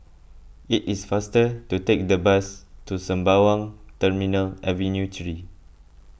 it is faster to take the bus to Sembawang Terminal Avenue three